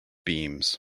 beams